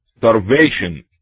starvation